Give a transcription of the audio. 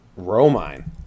Romine